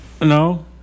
No